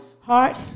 heart